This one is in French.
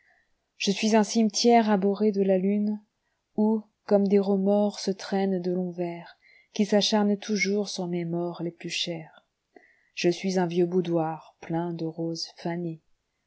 je suis un cimetière abhorré de la lune où comme des remords se traînent de longs vers qui s'acharnent toujours sur mes morts les plus chers je suis un vieux boudoir plein de roses fanées